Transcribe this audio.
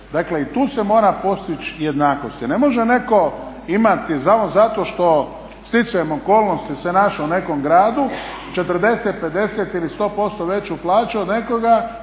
Dakle, i tu se mora postići jednakost. Jer ne može netko imati samo zato što stjecajem okolnosti se našao u nekom gradu 40, 50 ili 100% veću plaću od nekoga